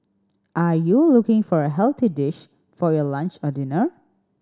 are you looking for a healthy dish for your lunch or dinner